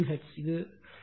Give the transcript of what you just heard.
எனவே இது எளிமையான விஷயம்